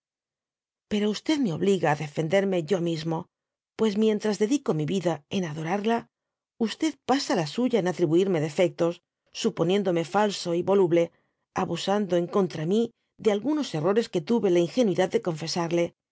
pero me obliga á defenderme yo mismo pues mientras dedico mi tída en adorarla pasa la suya en atribuirme defectos suponiéndome falso y voluble abusando en oimitra mí de algunos errares que tuye la ingenuidad de